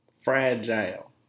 Fragile